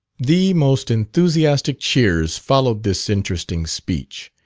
the most enthusiastic cheers followed this interesting speech.